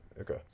okay